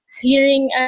hearing